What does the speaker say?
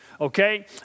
okay